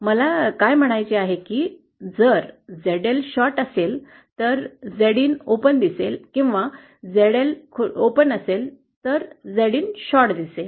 मला काय म्हणायचे आहे की जर झेडएल short असेल तर झेड इन खुला दिसेल किंवा झेडएल खुला असेल तर झेड इन short दिसेल